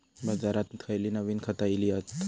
बाजारात खयली नवीन खता इली हत?